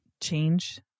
Change